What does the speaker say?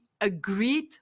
agreed